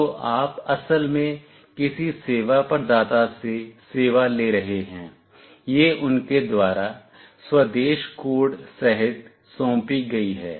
तो आप असल में किसी सेवा प्रदाता से सेवा ले रहे हैं यह उनके द्वारा स्वदेश कोड सहित सौंपी गई है